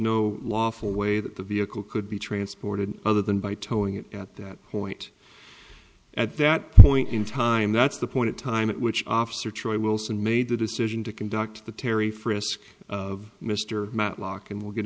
no lawful way that the vehicle could be transported other than by towing it at that point at that point in time that's the point of time at which officer choy wilson made the decision to conduct the terry frisk of mr matlock and we'll get